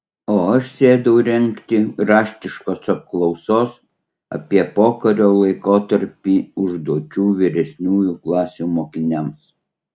o aš sėdau rengti raštiškos apklausos apie pokario laikotarpį užduočių vyresniųjų klasių mokiniams